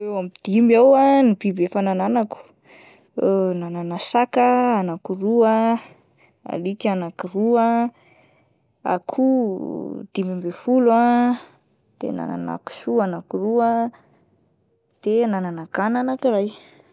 Eo amin'ny dimy eo ah ny biby efa nananako, nanana saka anakiroa ah, alika anakiroa, akoho dimy ambin'ny folo ah de nanana kisoa anakiroa de nanana gana anakiray.